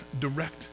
direct